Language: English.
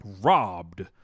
robbed